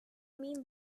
mean